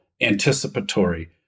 anticipatory